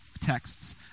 texts